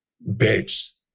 beds